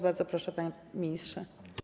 Bardzo proszę, panie ministrze.